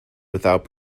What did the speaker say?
without